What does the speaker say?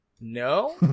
No